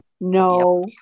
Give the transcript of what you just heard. no